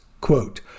quote